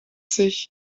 sich